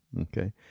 okay